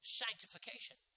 sanctification